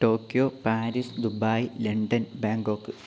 Tokyo Paris Dubai London Bangkok